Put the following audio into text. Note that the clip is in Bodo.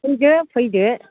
फैदो फैदो